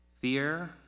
Fear